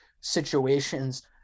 situations